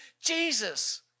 Jesus